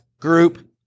group